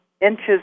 inches